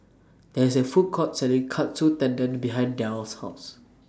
There IS A Food Court Selling Katsu Tendon behind Darl's House